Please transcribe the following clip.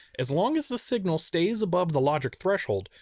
as long as the signal stays above the logic threshold,